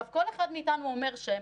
כל אחד מאיתנו אומר שם,